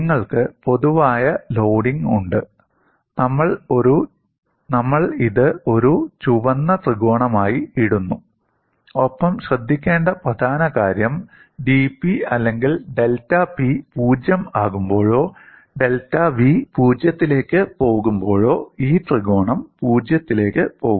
നിങ്ങൾക്ക് പൊതുവായ ലോഡിംഗ് ഉണ്ട് നമ്മൾ ഇത് ഒരു ചുവന്ന ത്രികോണമായി ഇടുന്നു ഒപ്പം ശ്രദ്ധിക്കേണ്ട പ്രധാന കാര്യം dP അല്ലെങ്കിൽ ഡെൽറ്റ P 0 ആകുമ്പോഴോ ഡെൽറ്റ V 0 ലേക്ക് പോകുമ്പോഴോ ഈ ത്രികോണം 0 ലേക്ക് പോകുന്നു